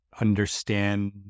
understand